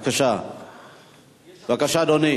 בבקשה, אדוני.